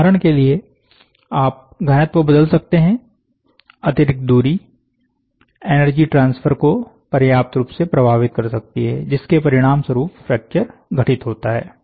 उदहारण के लिए आप धनत्व बदल सकते हैं अतिरिक्त दूरी एनर्जी ट्रांसफर को पर्याप्त रूप से प्रभावित कर सकती है जिसके परिणाम स्वरूप फैक्चर घटित होता है